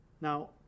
Now